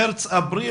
מארס-אפריל.